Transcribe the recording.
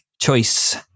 choice